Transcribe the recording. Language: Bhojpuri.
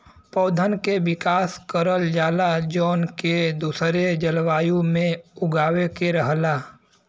पौधन के विकास करल जाला जौन के दूसरा जलवायु में उगावे के रहला